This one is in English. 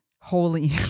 holy